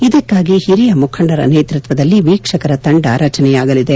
ಇದಕ್ಕಾಗಿ ಹಿರಿಯ ಮುಖಂಡರ ನೇತೃತ್ವದಲ್ಲಿ ವೀಕ್ಷಕರ ತಂಡ ರಚನೆಯಾಗಲಿದೆ